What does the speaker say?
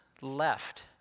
left